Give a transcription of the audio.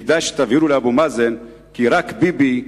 כדאי שתבהירו לאבו מאזן כי רק ביבי,